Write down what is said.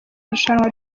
irushanwa